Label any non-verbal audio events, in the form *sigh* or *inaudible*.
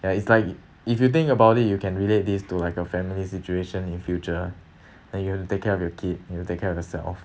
ya it's like if you think about it you can relate this to like a family situation in future *breath* then you have to take care of your kid you have to take care of yourself